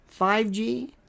5G